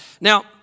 Now